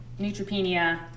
neutropenia